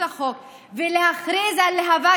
ארגון להב"ה